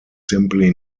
simply